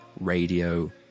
radio